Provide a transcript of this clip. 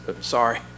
Sorry